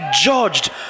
judged